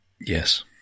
Yes